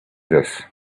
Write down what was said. this